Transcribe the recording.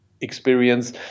experience